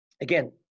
again